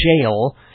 jail